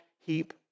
heap